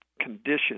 conditions